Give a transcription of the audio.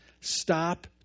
Stop